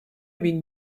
bin